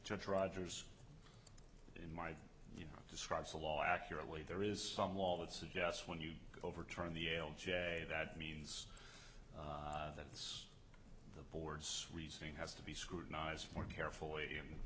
just rogers in my you know describes the law accurately there is some law that says yes when you overturn the l j that means that it's the board's reasoning has to be scrutinized more carefully